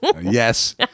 Yes